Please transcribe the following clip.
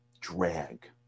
drag